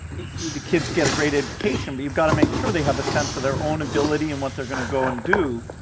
the kids get a great education, but you've got to make sure they have a sense of their own ability and what they're going to go and do,